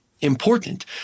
important